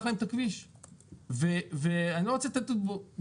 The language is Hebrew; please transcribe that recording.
להם את הכביש ואני לא רוצה לתת פה דוגמאות,